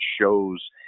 shows